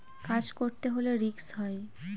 কাজ করতে হলে রিস্ক হয়